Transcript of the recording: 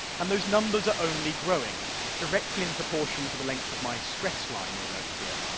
and those numbers are only growing directly in proportion to the length of my stress line, you'll note here.